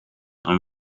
aan